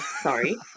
Sorry